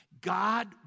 God